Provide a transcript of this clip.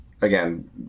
again